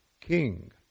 king